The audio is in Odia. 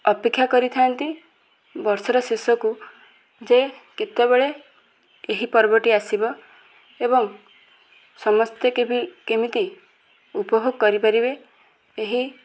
ଅପେକ୍ଷା କରିଥାନ୍ତି ବର୍ଷର ଶେଷକୁ ଯେ କେତେବେଳେ ଏହି ପର୍ବଟି ଆସିବ ଏବଂ ସମସ୍ତେ କେମିତି ଉପଭୋଗ କରିପାରିବେ ଏହି